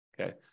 Okay